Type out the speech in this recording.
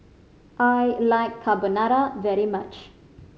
I like Carbonara very much